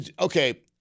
okay